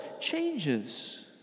changes